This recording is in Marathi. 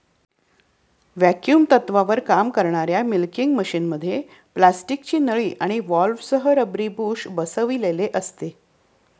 व्हॅक्युम तत्त्वावर काम करणाऱ्या मिल्किंग मशिनमध्ये प्लास्टिकची नळी आणि व्हॉल्व्हसह रबरी बुश बसविलेले असते